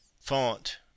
font